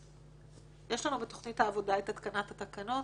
יש לנו בתכנית העבודה את התקנת התקנות.